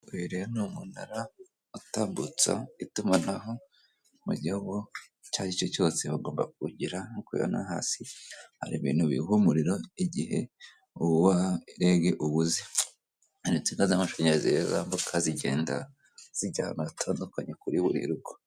Uyu rero ni umunara utambutsa itumanaho mugihugu icyaricyo cyose bagomba kuwugira, nkuko ubibona hasi hari ibintu biwuha umuriro mugihe uwa REG ubuze hari insinga z'amashanyarazi rero zambuka zigenda zijya ahantu hatandukanye kuri buri rugo.